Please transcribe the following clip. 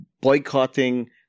boycotting